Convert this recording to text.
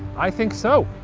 i think so.